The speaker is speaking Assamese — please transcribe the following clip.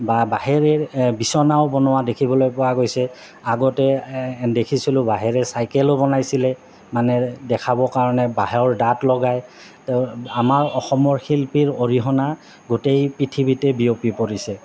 বা বাঁহৰ বিচনাও বনোৱা দেখিবলৈ পোৱা গৈছে আগতে দেখিছিলোঁ বাহেৰে চাইকেলো বনাইছিলে মানে দেখাবৰ কাৰণে বাঁহৰ দাঁত লগাই আমাৰ অসমৰ শিল্পীৰ অৰিহণা গোটেই পৃথিৱীতে বিয়পি পৰিছে